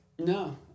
No